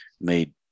made